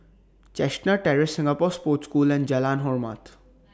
Chestnut Terrace Singapore Sports School and Jalan Hormat